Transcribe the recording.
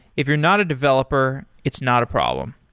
if you're not a developer, it's not a problem.